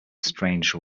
strange